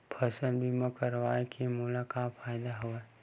फसल बीमा करवाय के मोला का फ़ायदा हवय?